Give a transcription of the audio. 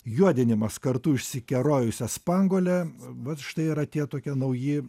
juodinimas kartu išsikerojusią spanguolę vat štai yra tie tokie nauji